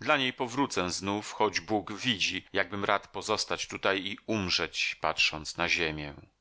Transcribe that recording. dla niej powrócę znowu choć bóg widzi jakbym rad pozostać tutaj i umrzeć patrząc na ziemię